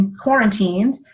quarantined